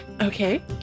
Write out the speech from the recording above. Okay